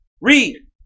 Read